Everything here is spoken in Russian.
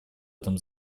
этом